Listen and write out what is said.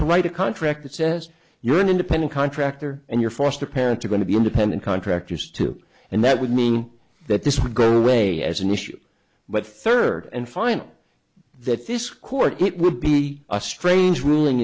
to write a contract that says you're an independent contractor and you're foster parents are going to be independent contractors too and that would mean that this would go away as an issue but third and final that this court it would be a strange ruling